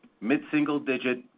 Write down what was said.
mid-single-digit